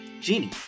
Genie